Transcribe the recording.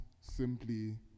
simply